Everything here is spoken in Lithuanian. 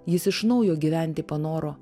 jis iš naujo gyventi panoro